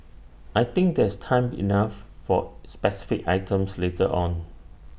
I think there's time enough for specific items later on